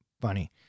funny